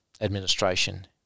administration